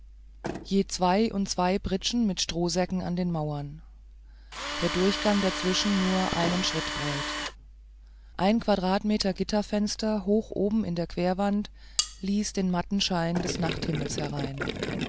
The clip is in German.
je zwei und zwei pritschen mit strohsäcken an den mauern der durchgang dazwischen nur einen schritt breit ein quadratmeter gitterfenster hoch oben in der querwand ließ den matten schein des nachthimmels herein